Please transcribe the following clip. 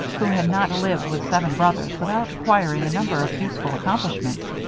who had not lived with seven brothers without acquiring a number of useful accomplishments.